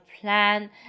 plan